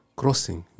crossing